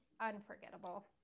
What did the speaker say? unforgettable